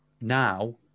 now